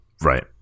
Right